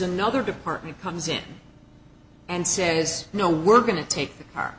another department comes in and says no we're going to take the car